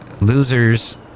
Losers